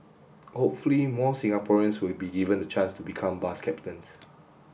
hopefully more Singaporeans will be given the chance to become bus captains